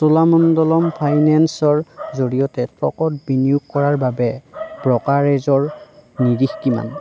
চোলামণ্ডলম ফাইনেন্সৰ জৰিয়তে ষ্ট'কত বিনিয়োগ কৰাৰ বাবে ব্ৰ'কাৰেজৰ নিৰিখ কিমান